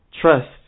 trust